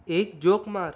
एक ज्योक मार